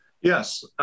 Yes